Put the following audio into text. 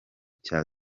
cya